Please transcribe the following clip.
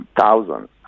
thousands